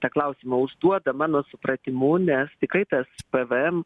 tą klausimą užduoda mano supratimu nes tikrai tas pvm